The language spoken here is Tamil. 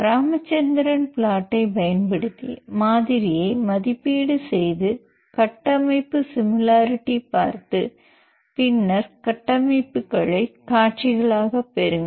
ராமச்சந்திரன் பிளாட்டை பயன்படுத்தி மாதிரியை மதிப்பீடு செய்து கட்டமைப்பு சிமிலாரிட்டி பார்த்து பின்னர் கட்டமைப்புகளைக் காட்சிகளாக பெறுங்கள்